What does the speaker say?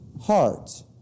heart